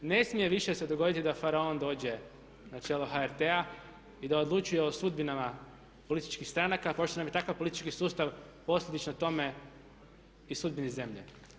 Ne smije više se dogoditi da faraon dođe na čelo HRT-a i da odlučuje o sudbinama političkih stranaka pošto nam je takav politički sustav i posljedično tome i sudbini zemlje.